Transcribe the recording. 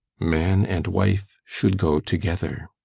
man and wife should go together.